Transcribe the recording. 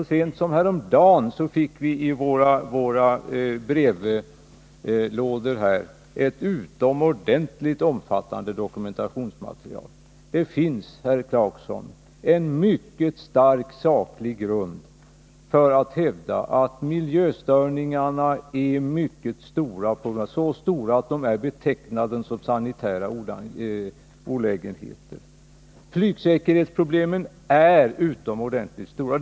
Så sent som häromdagen fick vi i våra brevlådor ett utomordentligt omfattande dokumentationsmaterial. Det finns alltså, herr Clarkson, en mycket stark saklig grund för att hävda att miljöstörningarna är mycket stora, så stora att de är betecknade som sanitära olägenheter. Flygsäkerhetsproblemen är också utomordentligt stora.